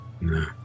No